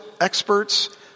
experts